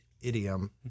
idiom